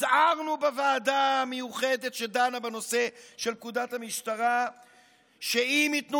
הזהרנו בוועדה המיוחדת שדנה בנושא של פקודת המשטרה שאם ייתנו